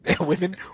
Women